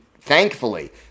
thankfully